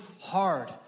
hard